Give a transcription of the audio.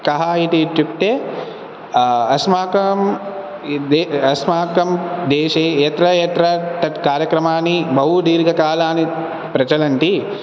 कः इति इत्युक्ते अस्माकं अस्माकं देशे यत्र यत्र तत् कार्यक्रमानि बहु दीर्घकालानि प्रचलन्ति